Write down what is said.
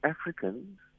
Africans